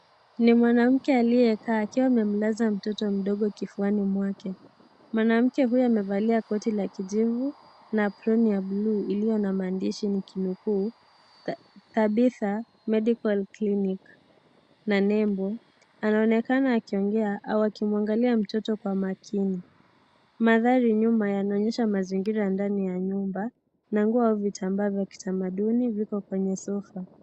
Ni mwanamke aliyekaa akiwa amemulaza mtoto mdogo kifuani mwake ,mwanamke huyu amevalia koti ya kijivu na aproni ya buluu yenye maandishi nikinukuu kabisa medical kiliniki na nembo, anaoonekana akiongea akimwangalia mtoto kwa makini ,mandhari nyuma yanaonyesha mazingira ndani ya nyumba na nguo na vitambaa vya kitamaduni viko kwenye sofa.